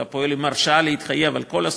אתה פועל עם הרשאה להתחייב על כל הסכום,